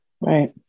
Right